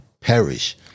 perish